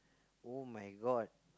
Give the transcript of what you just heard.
oh-my-God